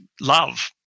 love